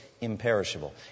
imperishable